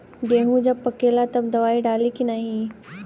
गेहूँ जब पकेला तब दवाई डाली की नाही?